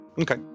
okay